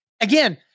Again